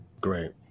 great